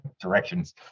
directions